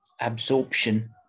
absorption